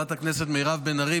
חברת הכנסת מירב בן ארי,